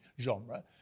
genre